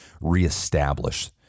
reestablish